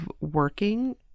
working